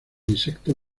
insecto